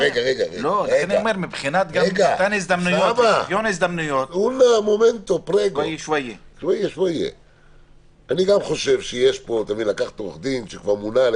גם אני חושב שלקחת עורך דין שכבר מונה על